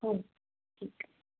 हो ठीक आहे